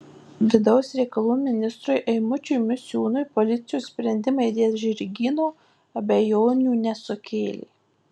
vidaus reikalų ministrui eimučiui misiūnui policijos sprendimai dėl žirgyno abejonių nesukėlė